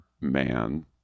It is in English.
man